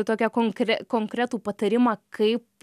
tokią konkre konkretų patarimą kaip